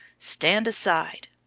stand aside!